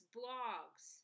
blogs